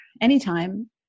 anytime